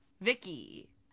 Vicky